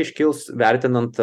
iškils vertinant